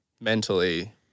mentally